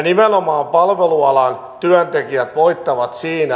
nimenomaan palvelualan työntekijät voittavat siinä